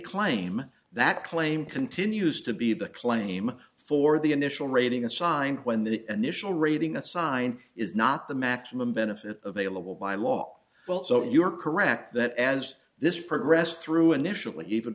claim that claim continues to be the claim for the initial rating assigned when the initial rating assigned is not the maximum benefit available by law well so if you are correct that as this progressed through initially even